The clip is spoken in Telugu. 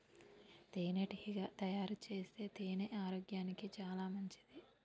తేనెటీగ తయారుచేసే తేనె ఆరోగ్యానికి చాలా మంచిది